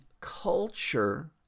culture